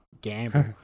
Gamble